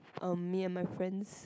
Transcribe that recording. erm me and my friends